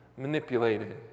manipulated